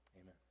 amen